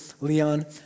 Leon